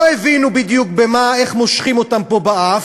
הבינו בדיוק במה ואיך מושכים אותם פה באף,